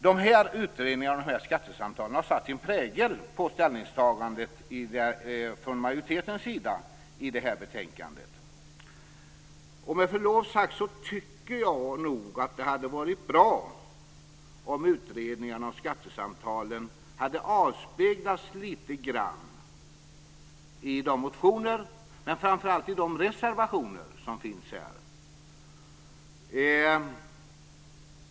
Dessa utredningar och skattesamtal har satt sin prägel på ställningstagandet från majoriteten i detta betänkande. Och med förlov sagt tycker jag nog att det hade varit bra om utredningarna och skattesamtalen hade avspeglats lite grann i de motioner, men framför allt i de reservationer, som finns i betänkandet.